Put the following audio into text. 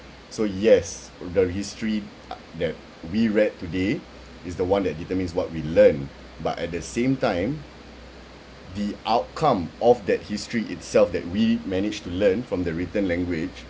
so yes the history uh that we read today is the one that determines what we learn but at the same time the outcome of that history itself that we managed to learn from the written language